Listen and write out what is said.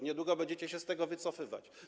Niedługo będziecie się z tego wycofywać.